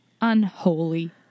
unholy